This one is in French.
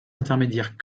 intermédiaires